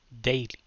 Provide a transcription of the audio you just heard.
Daily